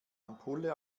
ampulle